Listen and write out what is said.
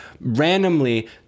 randomly